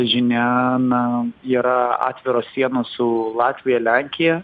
žinia na yra atviros sienos su latvija lenkija